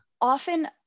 often